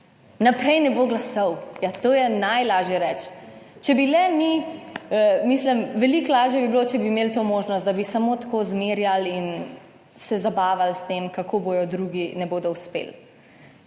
naprej ne bo glasov. Ja, to je najlažje reči, če bi le mi, mislim, veliko lažje bi bilo, če bi imeli to možnost, da bi samo tako zmerjali in se zabavali s tem, kako drugi ne bodo uspeli.